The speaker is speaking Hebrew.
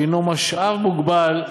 שהיא משאב מוגבל,